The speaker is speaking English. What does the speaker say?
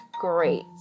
great